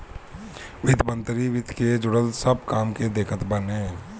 वित्त मंत्री वित्त से जुड़ल सब काम के देखत बाने